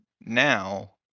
Now